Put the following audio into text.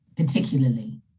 Particularly